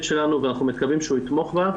שלנו ואנחנו מקווים שהוא יתמוך בה.